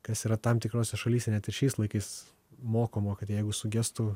kas yra tam tikrose šalyse net ir šiais laikais mokoma kad jeigu sugestų